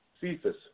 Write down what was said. Cephas